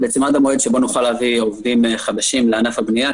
עד המועד שבו נוכל להביא עובדים חדשים לענף הבנייה,